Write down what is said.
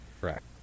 correct